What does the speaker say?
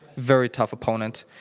very tough opponent.